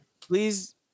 please